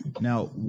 Now